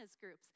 groups